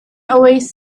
always